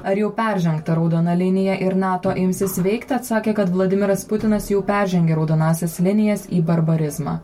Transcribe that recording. ar jau peržengta raudona linija ir nato imsis veikti atsakė kad vladimiras putinas jau peržengė raudonąsias linijas į barbarizmą